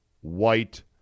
white